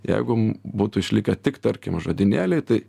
jeigu būtų išlikę tik tarkim žodynėliai tai